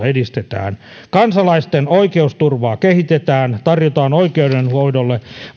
edistetään kansalaisten oikeusturvaa kehitetään tarjotaan oikeudenhoidolle